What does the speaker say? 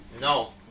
No